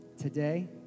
today